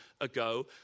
ago